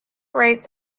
rates